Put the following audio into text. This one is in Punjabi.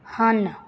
ਹਨ